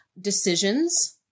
decisions